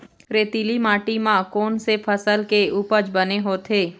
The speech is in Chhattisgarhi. रेतीली माटी म कोन से फसल के उपज बने होथे?